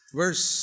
verse